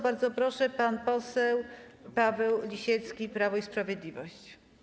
Bardzo proszę, pan poseł Paweł Lisiecki, Prawo i Sprawiedliwość.